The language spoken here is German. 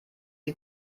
die